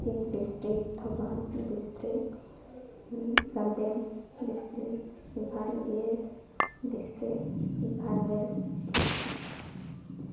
Kakching district Thoubal district Chandel district Imphal east district Imphal west district